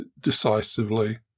decisively